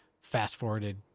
fast-forwarded